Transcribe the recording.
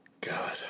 God